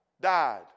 died